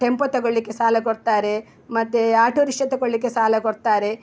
tempo ತಗೊಳ್ಳಲಿಕೆ ಸಾಲ ಕೊಡ್ತಾರೆ ಮತ್ತು ಆಟೊ ರಿಕ್ಷ ತಗೊಳ್ಳಿಕ್ಕೆ ಸಾಲ ಕೊಡ್ತಾರೆ